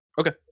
Okay